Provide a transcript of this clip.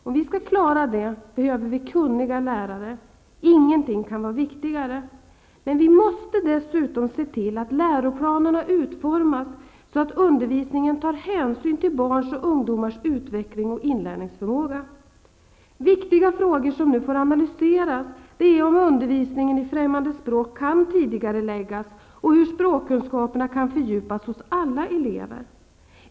Om vi skall klara det, behöver vi kunniga lärare. Ingenting kan vara viktigare. Men vi måste dessutom se till att läroplanerna utformas så att undervisningen tar hänsyn till barns och ungdomars utveckling och inlärningsförmåga. Viktiga frågor som nu skall analyseras är om undervisningen i främmande språk kan tidigareläggas och hur språkkunskaperna kan fördjupas hos alla elever.